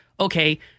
Okay